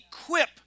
equip